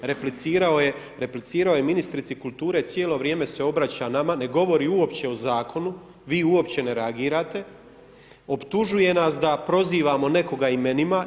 Replicirao je ministrici kulture cijelo vrijeme se obraća nama, ne govori uopće o zakonu, vi uopće ne reagirate optužuje nas da prozivamo nekoga imenima.